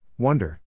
Wonder